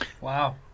Wow